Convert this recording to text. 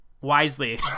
wisely